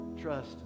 Trust